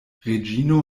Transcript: reĝino